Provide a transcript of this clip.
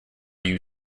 you